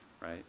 right